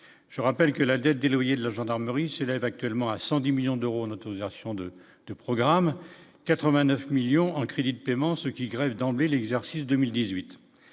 je rappelle que la dette des loyers de la gendarmerie s'élève actuellement à 110 millions d'euros en autorisation de de programmes 89 millions en crédits de paiement, ce qui grève d'emblée l'exercice 2018